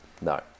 no